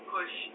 Push